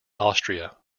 austria